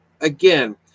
again